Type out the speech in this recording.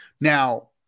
Now